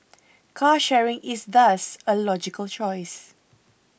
car sharing is thus a logical choice